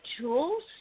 tools